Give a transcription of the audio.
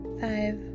five